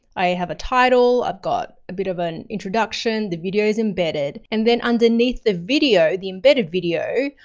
i have a title, i've got a bit of an introduction. the video is embedded. and then underneath the video, the embedded video,